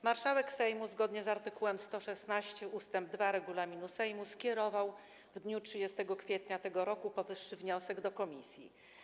Marszałek Sejmu zgodnie z art. 116 ust. 2 regulaminu Sejmu skierował w dniu 30 kwietnia tego roku powyższy wniosek do komisji.